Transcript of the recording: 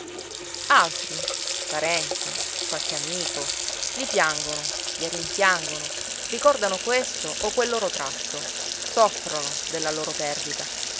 altri parenti qualche amico li piangono li rimpiangono ricordano questo o quel loro tratto soffrono della loro perdita